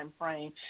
timeframe